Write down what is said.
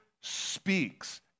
speaks